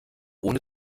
ohne